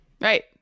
Right